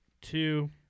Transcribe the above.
two